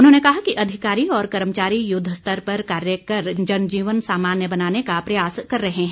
उन्होंने कहा कि अधिकारी और कर्मचारी युद्वस्तर पर कार्य कर जनजीवन सामान्य बनाने का प्रयास कर रहे हैं